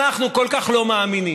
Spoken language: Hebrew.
אנחנו כל כך לא מאמינים.